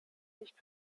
nicht